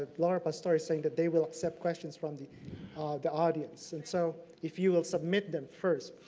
ah laura pastor, is saying that they will accept questions from the the audience. so if you will submit them first.